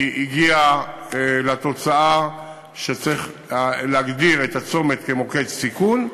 היא הגיעה לתוצאה שצריך להגדיר את הצומת כמוקד סיכון,